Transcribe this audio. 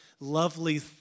lovely